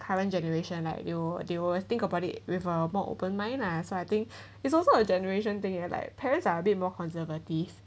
current generation like you'll they will think about it with a more open mind ah so I think is also a generation thing eh like parents are a bit more conservative